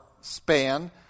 span